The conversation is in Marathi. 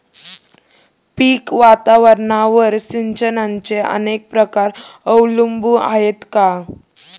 पीक वातावरणावर सिंचनाचे अनेक प्रकार अवलंबून आहेत का?